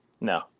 No